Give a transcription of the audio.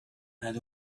had